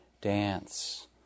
dance